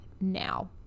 now